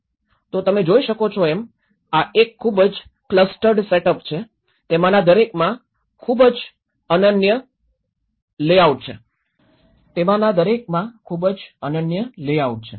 તો તમે જોઈ શકો છો એમ આ એક ખૂબ જ ક્લસ્ટર્ડ સેટઅપ છે તેમાંના દરેકમાં ખૂબ જ અનન્ય લેઆઉટ છે